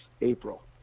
april